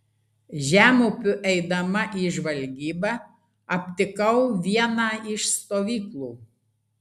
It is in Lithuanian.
žemupiu eidama į žvalgybą aptikau vieną iš stovyklų